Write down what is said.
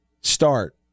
start